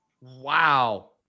Wow